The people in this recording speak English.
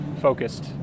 focused